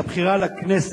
של זבולון אורלב,